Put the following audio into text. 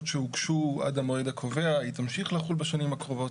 שהוגשו עד המועד הקובע היא תמשיך לחול בשנים הקרובות,